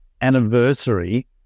anniversary